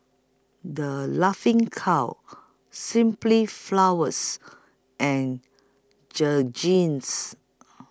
The Laughing Cow Simply Flowers and Jergens